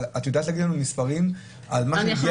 אבל את יודעת להגיד לנו מספרים, על מה שמגיע?